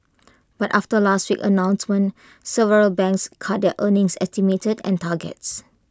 but after last week's announcement several banks cut earnings estimates and targets